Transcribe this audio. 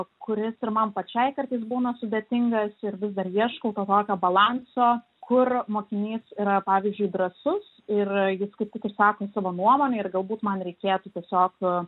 kuris ir man pačiai kartais būna sudėtingas ir vis dar ieškau to tokio balanso kur mokinys yra pavyzdžiui drąsus ir jis kaip tik išsako savo nuomonę ir galbūt man reikėtų tiesiog